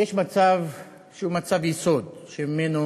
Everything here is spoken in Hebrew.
יש מצב שהוא מצב יסוד, שממנו